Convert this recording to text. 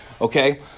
okay